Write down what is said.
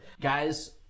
guys